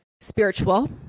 spiritual